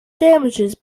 damages